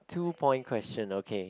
two point question okay